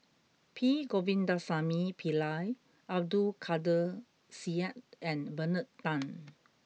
P Govindasamy Pillai Abdul Kadir Syed and Bernard Tan